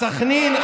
אז סח'נין,